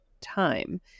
time